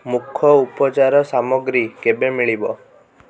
ମୁଖ ଉପଚାର ସାମଗ୍ରୀ କେବେ ମିଳିବ